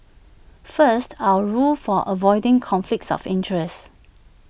first our rules for avoiding conflicts of interest